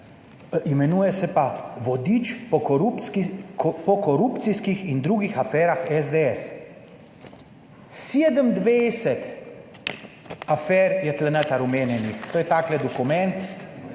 imenuje se pa Vodič po korupcijskih in drugih aferah SDS. 27 afer je tukaj noter omenjenih. To je ta dokument,